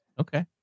okay